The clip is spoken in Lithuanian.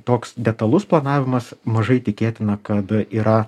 toks detalus planavimas mažai tikėtina kad yra